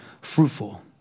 fruitful